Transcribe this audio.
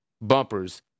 bumpers